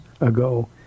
ago